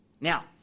Now